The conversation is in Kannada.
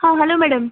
ಹಾಂ ಹಲೋ ಮೇಡಮ್